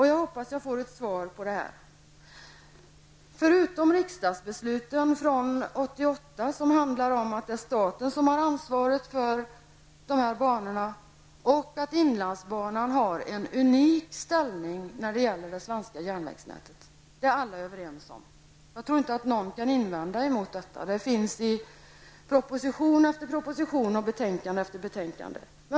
Jag hoppas att jag får ett svar. Riksdagsbesluten från 1988 handlar om att staten har ansvaret för banorna och att inlandsbanan har en unik ställning när det gäller det svenska järnvägsnätet. Det är alla överens om. Jag tror inte att någon kan invända mot det. Det framgår av proposition efter proposition och betänkande efter betänkande.